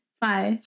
Bye